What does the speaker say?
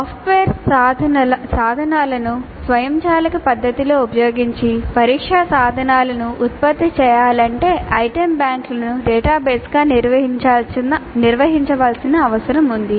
software సాధనాలను స్వయంచాలక పద్ధతిలో ఉపయోగించి పరీక్షా సాధనాలను ఉత్పత్తి చేయాలంటే ఐటెమ్ బ్యాంక్ను డేటాబేస్గా నిర్వహించాల్సిన అవసరం ఉంది